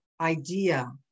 idea